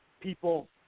people –